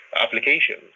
applications